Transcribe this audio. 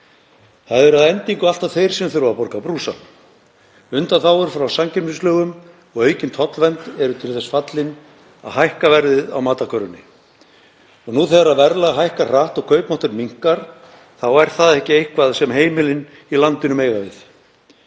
Það eru að endingu alltaf þeir sem þurfa að borga brúsann. Undanþágur frá samkeppnislögum og aukin tollvernd eru til þess fallin að hækka verðið á matarkörfunni. Nú þegar verðlag hækkar hratt og kaupmátturinn minnkar þá er það ekki eitthvað sem heimilin í landinu mega við.